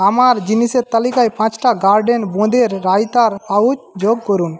আমার জিনিসের তালিকায় পাঁচটা গার্ডেন বোঁদের রায়তার পাউচ যোগ করুন